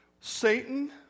Satan